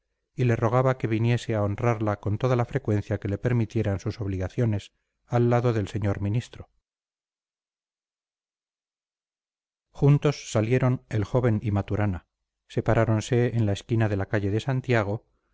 y le rogaba que viniese a honrarla con toda la frecuencia que le permitieran sus obligaciones al lado del señor ministro juntos salieron el joven y maturana separáronse en la esquina de la calle de santiago